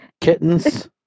Kittens